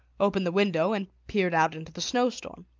opened the window, and peered out into the snowstorm.